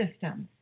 systems